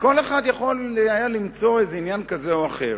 וכל אחד יכול היה למצוא עניין כזה או אחר.